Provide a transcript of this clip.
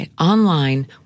Online